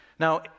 Now